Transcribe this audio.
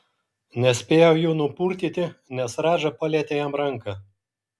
nespėjo jų nupurtyti nes radža palietė jam ranką